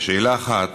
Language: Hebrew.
לשאלה 1: